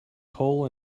coal